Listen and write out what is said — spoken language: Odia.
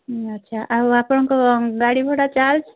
ଆଚ୍ଛା ଆଉ ଆପଣଙ୍କ ଗାଡ଼ି ଭଡ଼ା ଚାର୍ଜ୍